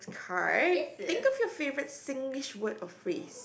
card think of your favorite Singlish word or phrase